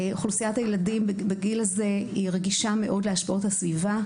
אוכלוסיית הילדים בגיל הזה רגישה מאוד להשפעות הסביבה.